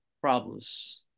problems